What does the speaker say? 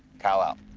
kyle out.